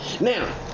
Now